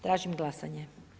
Tražim glasanje.